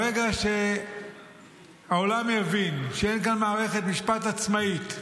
ברגע שהעולם יבין שאין כאן מערכת משפט עצמאית,